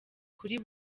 kuri